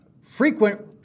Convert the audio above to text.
frequent